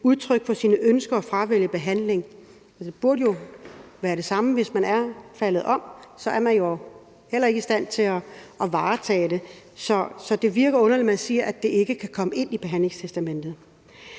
udtryk for sine ønsker og fravælge behandling. Det burde jo være det samme, hvis man er faldet om – så er man jo heller ikke i stand til at tage vare på sig selv. Så det virker underligt, at man siger, at det ikke kan komme ind i behandlingstestamentet.